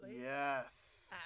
Yes